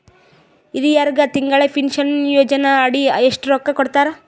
ಹಿರಿಯರಗ ತಿಂಗಳ ಪೀನಷನಯೋಜನ ಅಡಿ ಎಷ್ಟ ರೊಕ್ಕ ಕೊಡತಾರ?